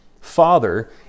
father